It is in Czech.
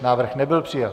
Návrh nebyl přijat.